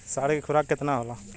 साँढ़ के खुराक केतना होला?